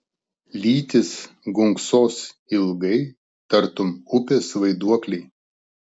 lytys gunksos ilgai tartum upės vaiduokliai